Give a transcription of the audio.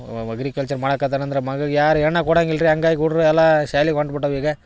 agriculture ಮಾಡಾಕತ್ತಾನ ಅಂದ್ರೆ ಮಗಗೆ ಯಾರು ಹೆಣ್ಣು ಕೊಡಂಗಿಲ್ಲ ರೀ ಹಂಗಾಗಿ ಹುಡ್ಗ್ರು ಎಲ್ಲ ಶಾಲೆಗೆ ಹೊಂಟು ಬಿಟ್ಟವ ಈಗ